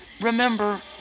Remember